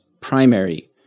primary